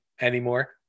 anymore